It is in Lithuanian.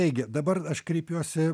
taigi dabar aš kreipiuosi